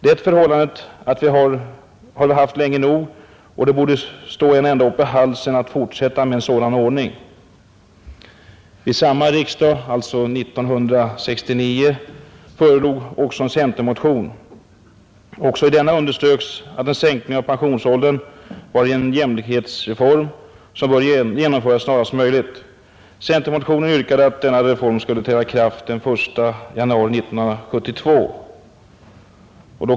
Det förhållandet har vi haft länge nog, och det borde stå en ända upp i halsen att fortsätta med en sådan ordning.” Vid samma riksdag — alltså år 1969 — förelåg också en centermotion. Även i denna underströks att en sänkning av pensionsåldern var en jämlikhetsreform som borde genomföras snarast möjligt. I centermotionen yrkades att denna reform skulle träda i kraft den 1 januari 1972.